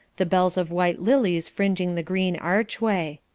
the bells of white lilies fringing the green archway.